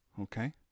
Okay